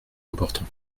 important